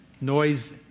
noise